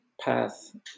path